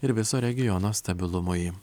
ir viso regiono stabilumui